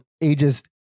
ages